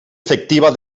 efectiva